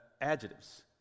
adjectives